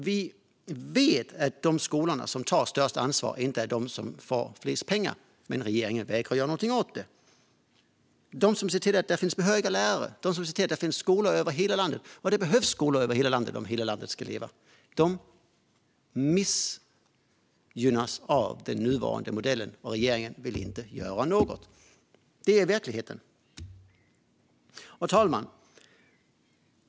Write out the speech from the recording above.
Vi vet att de skolor som tar störst ansvar inte är de som får mest pengar, men regeringen vägrar att göra någonting åt det. De som ser till att det finns behöriga lärare, de som ser till att det finns skolor över hela landet - och det behövs skolor över hela landet om hela landet ska leva - missgynnas av den nuvarande modellen, och regeringen vill inte göra något. Det är verkligheten. Herr talman!